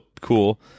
cool